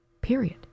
period